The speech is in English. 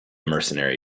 mercenary